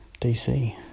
DC